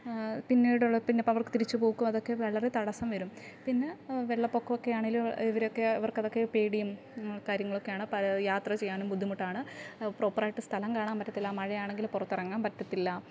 പിന്നീടുള്ള പിന്നെ ഇപ്പോഴവർക്ക് തിരിച്ചുപോക്കും അതൊക്കെ വളരെ തടസ്സം വരും പിന്നെ വെള്ളപ്പൊക്കമൊക്കെ ആണെങ്കില് ഇവരൊക്കെ ഇവർക്കതൊക്കെ പേടിയും കാര്യങ്ങളൊക്കെയാണ് അപ്പോഴത് യാത്ര ചെയ്യാനും ബുദ്ധിമുട്ടാണ് പ്രോപ്പറായിട്ട് സ്ഥലം കാണാൻ പറ്റത്തില്ല മഴയാണെങ്കില് പുറത്തിറങ്ങാൻ പറ്റത്തില്ല